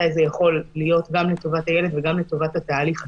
מתי זה יכול להיות גם לטובת הילד וגם לטובת התהליך עצמו.